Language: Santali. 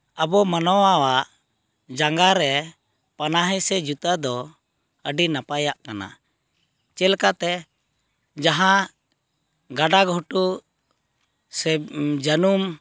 ᱟᱵᱚ ᱢᱟᱱᱚᱣᱟ ᱣᱟᱜ ᱡᱟᱸᱜᱟᱨᱮ ᱯᱟᱱᱟᱦᱤ ᱥᱮ ᱡᱩᱛᱟᱹ ᱫᱚ ᱟᱹᱰᱤ ᱱᱟᱯᱟᱭᱟᱜ ᱠᱟᱱᱟ ᱪᱮᱫ ᱞᱮᱠᱟᱛᱮ ᱡᱟᱦᱟᱸ ᱜᱟᱰᱟ ᱜᱷᱩᱴᱩ ᱥᱮ ᱡᱟᱱᱩᱢ